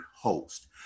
host